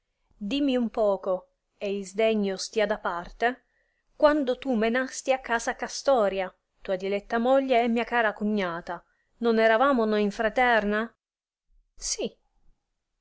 dimmi un poco e il sdegno stia da parte quando tu menasti a casa castoria tua diletta moglie e mia cara cognata non eravamo noi in fraterna si